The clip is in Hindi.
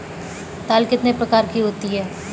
दाल कितने प्रकार की होती है?